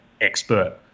expert